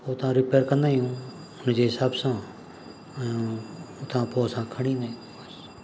हुतां रिपेयर कंदा आहियूं हुन जे हिसाब सां ऐं हुतां पोइ असां खणी ईंदा आहियूं बसि